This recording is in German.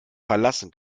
verlassen